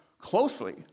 closely